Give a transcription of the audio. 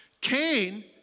Cain